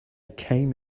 came